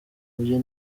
byo